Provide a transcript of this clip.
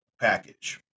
package